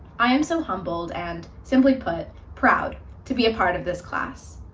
i am so humbled and simply put, proud to be a part of this class.